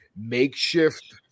makeshift